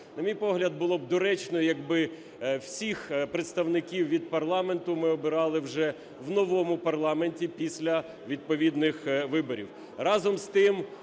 На мій погляд, було б доречно, якби всіх представників від парламенту ми обирали вже в новому парламенті після відповідних виборів.